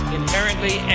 inherently